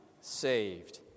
saved